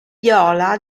viola